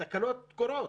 תקלות קורות.